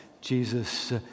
Jesus